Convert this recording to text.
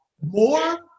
More